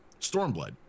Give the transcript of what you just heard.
stormblood